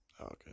Okay